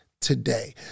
today